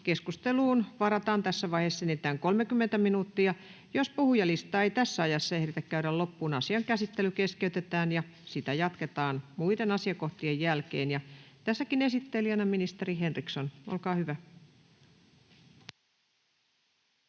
Keskusteluun varataan tässä vaiheessa enintään 30 minuuttia. Jos puhujalistaa ei tässä ajassa ehditä käydä loppuun, asian käsittely keskeytetään ja sitä jatketaan muiden asiakohtien jälkeen. — Tässäkin esittelijänä ministeri Henriksson, olkaa hyvä.